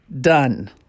done